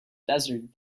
desert